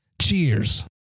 Cheers